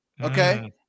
Okay